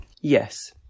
Yes